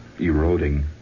eroding